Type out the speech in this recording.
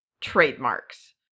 trademarks